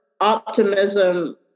optimism